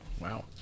Wow